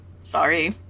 sorry